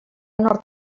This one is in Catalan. nord